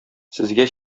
сезгә